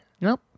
Nope